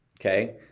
okay